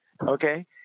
okay